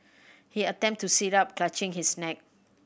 he attempt to sit up clutching his neck